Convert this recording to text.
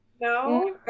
No